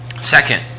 Second